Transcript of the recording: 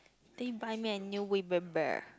then you buy me a new We-Bear-Bear